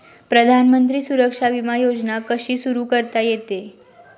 प्रधानमंत्री सुरक्षा विमा योजना कशी सुरू करता येते?